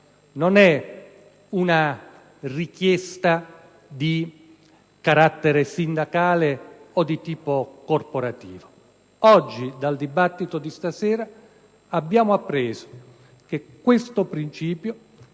né una richiesta di carattere sindacale o di tipo corporativo. Dal dibattito di stasera abbiamo appreso che la reciprocità